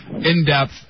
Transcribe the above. in-depth